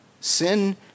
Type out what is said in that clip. sin